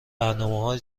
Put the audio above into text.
برنامههای